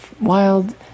wild